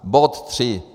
Bod 3.